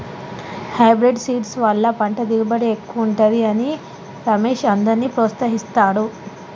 hybrid seeds వల్ల పంట దిగుబడి ఎక్కువుంటది అని రమేష్ అందర్నీ ప్రోత్సహిస్తాడు